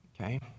okay